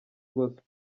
gospel